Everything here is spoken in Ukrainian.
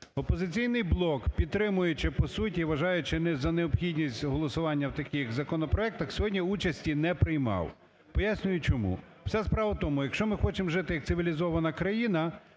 "Опозиційний блок", підтримуючи по суті, вважає чи не за необхідність голосування в таких законопроектах, сьогодні участі не приймав. Пояснюю чому. Вся справа в тому, якщо ми хочемо жити як цивілізована країна,